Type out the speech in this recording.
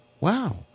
Wow